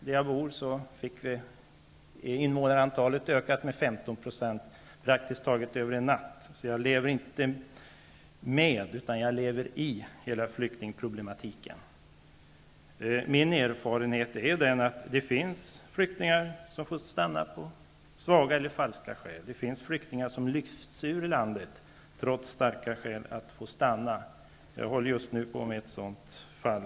Där jag bor ökade invånarantalet med 15 % praktiskt taget över en natt. Jag lever därför inte med utan i hela flyktingproblematiken. Min erfarenhet är att det finns flyktingar som har fått stanna av svaga eller falska skäl. Det finns flyktingar som så att säga lyfts ut ur landet trots starka skäl för att få stanna. Jag är just nu engagerad i ett sådant fall.